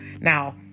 now